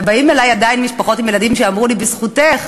ובאות אלי עדיין משפחות עם ילדים ואומרות לי: בזכותך.